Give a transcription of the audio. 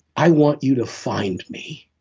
i want you to find me